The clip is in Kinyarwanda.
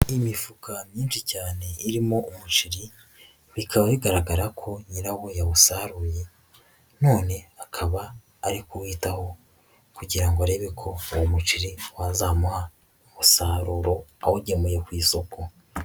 Imifuka myinshi cyane irimo umuceri bikaba bigaragara ko nyirawo yawusaruye, none akaba ari kuwitaho kugira ngo arebe ko uwo muceri wazamuha umusaruro awugemuye ku isoko.